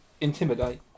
Intimidate